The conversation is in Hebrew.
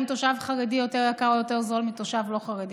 האם תושב חרדי יותר יקר או יותר זול מתושב לא חרדי.